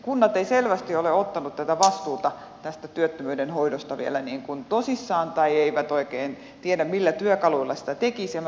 kunnat eivät selvästi ole ottaneet vastuuta työttömyyden hoidosta vielä tosissaan tai eivät oikein tiedä millä työkaluilla sitä tekisivät